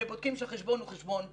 ובודקים שהחשבון הוא חשבון חי,